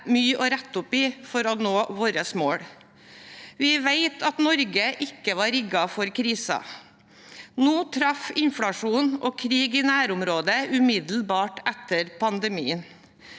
mye å rette opp i for å nå våre mål. Vi vet at Norge ikke var rigget for krisen. Nå traff inflasjon og krig i nærområdet umiddelbart etter pandemien.